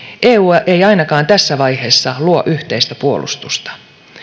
eu ei ainakaan tässä vaiheessa luo yhteistä puolustusta